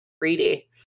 greedy